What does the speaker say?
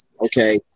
okay